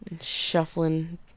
Shuffling